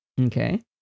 Okay